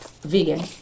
Vegan